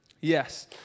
yes